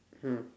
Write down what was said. mm